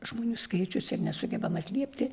žmonių skaičius ir nesugebam atliepti